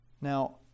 now